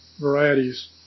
varieties